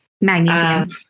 Magnesium